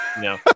no